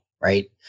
right